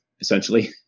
essentially